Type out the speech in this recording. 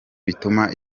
bituma